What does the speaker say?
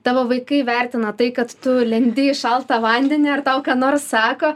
tavo vaikai vertina tai kad tu lendi į šaltą vandenį ar tau ką nors sako